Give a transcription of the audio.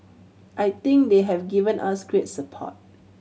I think they have given us great support